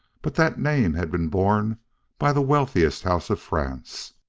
but that name had been borne by the wealthiest house of france!